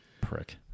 Prick